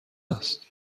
است